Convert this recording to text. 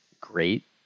great